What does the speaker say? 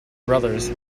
brothers